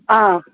हा